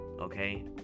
okay